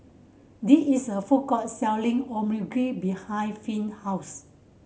there is a food court selling Omurice behind Finn house